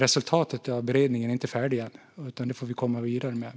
Resultatet av beredningen är inte färdigt än, utan det får vi återkomma till.